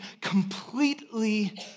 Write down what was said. completely